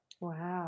Wow